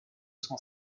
cent